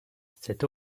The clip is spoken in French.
cette